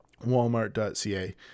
walmart.ca